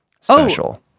special